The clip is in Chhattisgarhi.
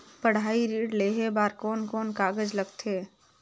पढ़ाई ऋण लेहे बार कोन कोन कागज लगथे?